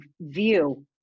view